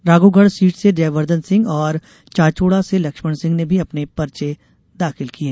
Raghogarh seat से जयवर्धन सिंह और चांचोड़ा से लक्ष्मण सिंह ने भी अपने पर्चे दाखिल किये